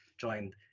joined